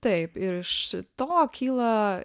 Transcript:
taip ir iš to kyla